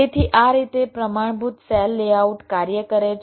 તેથી આ રીતે પ્રમાણભૂત સેલ લેઆઉટ કાર્ય કરે છે